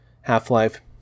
Half-Life